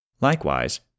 Likewise